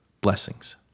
Blessings